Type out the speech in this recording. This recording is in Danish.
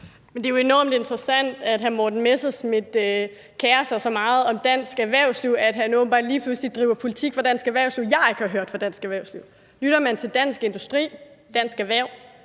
Det er jo enormt interessant, at hr. Morten Messerschmidt kerer sig så meget om dansk erhvervsliv, at han åbenbart lige pludselig driver en politik for dansk erhvervsliv, som jeg ikke har hørt fra dansk erhvervsliv. Lytter man til Dansk Industri, Dansk Erhverv,